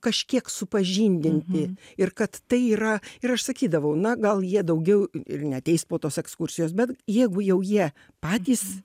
kažkiek supažindinti ir kad tai yra ir aš sakydavau na gal jie daugiau ir neateis po tos ekskursijos bet jeigu jau jie patys